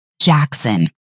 Jackson